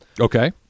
Okay